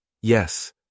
Yes